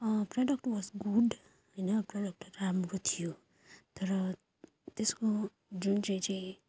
product was good होइन product त राम्रो थियो तर त्यसको जुन चाहिँ चाहिँ